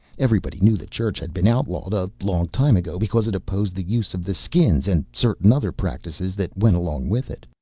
everybody knew the church had been outlawed a long time ago because it opposed the use of the skins and certain other practices that went along with it.